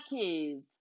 kids